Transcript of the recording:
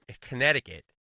Connecticut